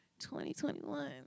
2021